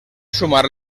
sumar